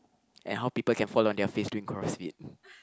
and how people can fall on their face doing CrossFit